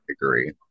agree